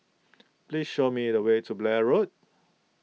please show me the way to Blair Road